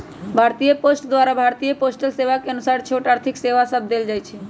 भारतीय पोस्ट द्वारा भारतीय पोस्टल सेवा के अनुसार छोट आर्थिक सेवा सभ देल जाइ छइ